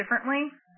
differently